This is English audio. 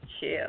chill